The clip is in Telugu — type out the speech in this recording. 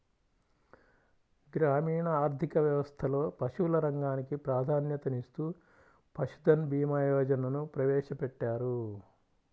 గ్రామీణ ఆర్థిక వ్యవస్థలో పశువుల రంగానికి ప్రాధాన్యతనిస్తూ పశుధన్ భీమా యోజనను ప్రవేశపెట్టారు